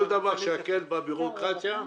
כל דבר שיקל בביורוקרטיה,